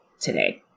today